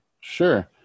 Sure